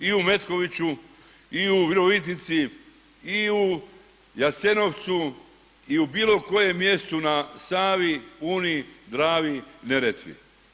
I u Metkoviću i u Virovitici i u Jasenovcu i u bilo kojem mjestu na Savi, Uni, Dravi, Neretvi.